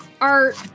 Art